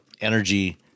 energy